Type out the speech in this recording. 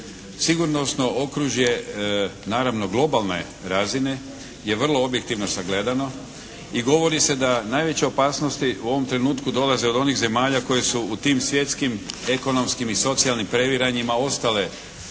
Sigurnosno okružje naravno globalne razine je vrlo objektivno sagledano i govori se da najveće opasnosti u ovom trenutku dolaze od onih zemalja koje su u tim svjetskim ekonomskim i socijalnim previranjima ostale